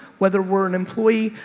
whether we're an employee,